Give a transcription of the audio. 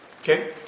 Okay